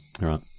right